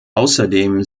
außerdem